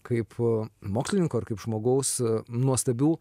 kaip mokslininko ir kaip žmogaus nuostabių